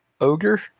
ogre